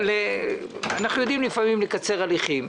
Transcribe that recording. אנחנו יודעים לפעמים לקצר הליכים.